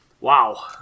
Wow